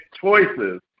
choices